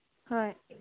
ꯍꯣꯏ